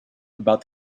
about